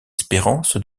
espérances